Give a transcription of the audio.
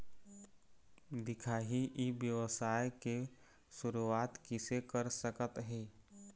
दिखाही ई व्यवसाय के शुरुआत किसे कर सकत हे?